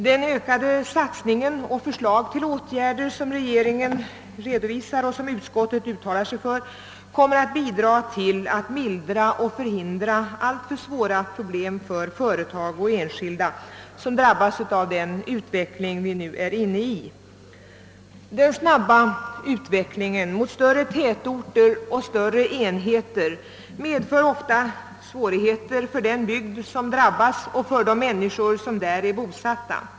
Den ökade satsningen och de förslag till åtgärder som regeringen här redovisar och som utskottet uttalar sig för kommer att ytterligare bidraga till att mildra och förhindra alltför svåra problem för företag och enskilda, vilka drabbas av den utveckling som vi nu är inne i. Den snabba utvecklingen mot större tätorter och större enheter medför ofta svårigheter för den bygd som drabbas och för de människor som där är bosatta.